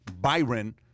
Byron